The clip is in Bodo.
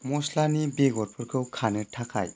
मस्लानि बेगरफोरखौ खानो थाखाय